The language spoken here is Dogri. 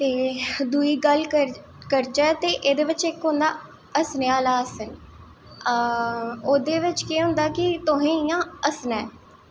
ते दूई गल्ल करचै ते इक एह्दे च होंदा हस्सनें आह्ला आसन ओह्दे बिच्च केह् होंदा ऐ कि तुसें इयां हस्सनां ऐ